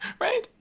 right